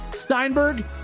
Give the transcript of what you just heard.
Steinberg